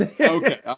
okay